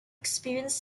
experience